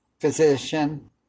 physician